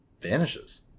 vanishes